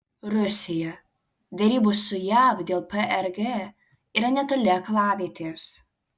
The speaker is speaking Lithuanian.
rusija derybos su jav dėl prg yra netoli aklavietės